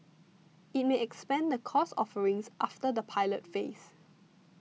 it may expand the course offerings after the pilot phase